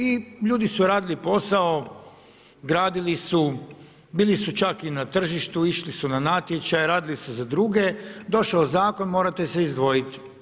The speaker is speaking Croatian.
I ljudi su radili posao, gradili su, bili su čak i na tržištu, išli su na natječaj, radili su za druge, došao zakon, morate se izdvojiti.